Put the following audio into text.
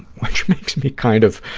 which makes me kind of,